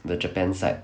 the japan side